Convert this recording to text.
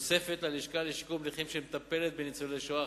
תוספת ללשכה לשיקום נכים שמטפלת בניצולי השואה,